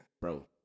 Bro